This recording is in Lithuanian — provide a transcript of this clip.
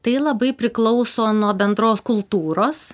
tai labai priklauso nuo bendros kultūros